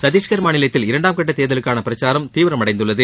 சத்தீஷ்கர் மாநிலத்தில் இரண்டாம் கட்ட தேர்தலுக்கான பிரசாரம் தீவிரம் அடைந்துள்ளது